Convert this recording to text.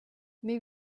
mais